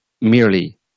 merely